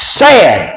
sad